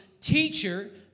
Teacher